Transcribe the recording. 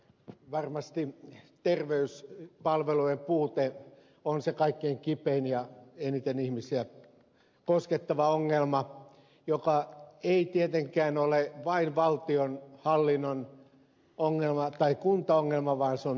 varmasti terveyspalvelujen puute on se kaikkein kipein ja eniten ihmisiä koskettava ongelma joka ei tietenkään ole vain valtionhallinnon ongelma tai kuntaongelma vaan se on yhteinen